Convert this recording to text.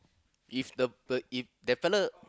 if the per if that fellow